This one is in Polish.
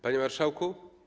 Panie Marszałku!